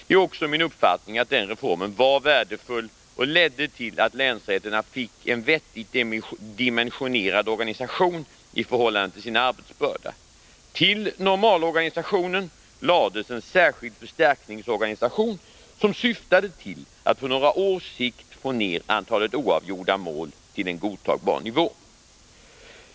Det är också min uppfattning att den reformen var värdefull och ledde till att länsrätterna fick en vettigt dimensionerad organisation i förhållande till sin arbetsbörda. Till normalorganisationen lades en särskild förstärkningsorganisation som syftade till att på några års sikt få ned antalet oavgjorda mål till en godtagbar nivå.